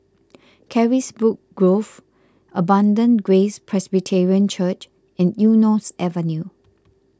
Carisbrooke Grove Abundant Grace Presbyterian Church and Eunos Avenue